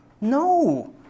No